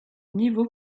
niveau